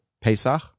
Pesach